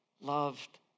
loved